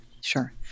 Sure